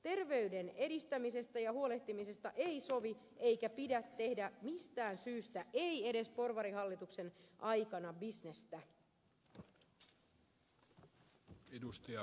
terveyden edistämisestä ja huolehtimisesta ei sovi eikä pidä tehdä mistään syystä ei edes porvarihallituksen aikana bisnestä